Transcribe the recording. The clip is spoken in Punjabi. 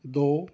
ਦੋ